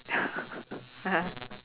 (uh huh)